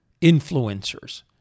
influencers